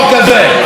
ואחד מהם,